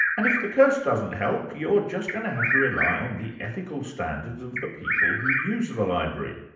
and if the curse doesn't help you're just going to have to rely on the ethical standards of the people who use the library.